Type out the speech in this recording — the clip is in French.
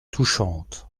touchante